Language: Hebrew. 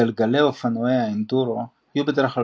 גלגלי אופנועי האנדורו יהיו בדרך כלל